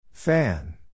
Fan